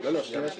לא, שנייה ושלישית.